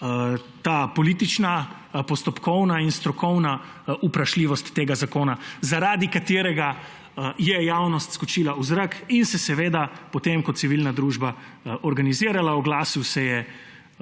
ta politična, postopkovna in strokovna vprašljivost tega zakona, zaradi katerega je javnost skočila v zrak in se seveda potem kot civilna družba organizirala. Oglasil se je